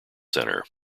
center